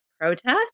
protests